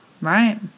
right